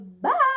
bye